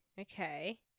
Okay